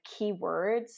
keywords